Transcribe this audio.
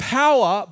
power